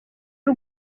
y’u